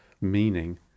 meaning